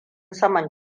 saman